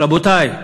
רבותי,